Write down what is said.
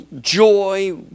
joy